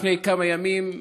לפני כמה ימים,